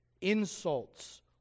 insults